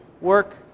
work